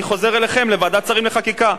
אני חוזר אליכם לוועדת שרים לחקיקה.